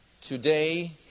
today